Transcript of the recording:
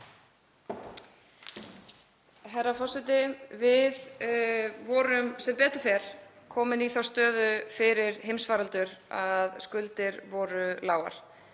Herra forseti. Við vorum sem betur fer komin í þá stöðu fyrir heimsfaraldur að skuldir voru lágar.